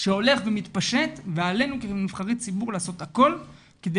שהולך ומתפשט ועלינו כנבחרי ציבור לעשות הכול כדי